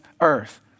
earth